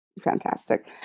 fantastic